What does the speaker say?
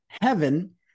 heaven